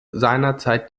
seinerzeit